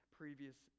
previous